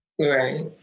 Right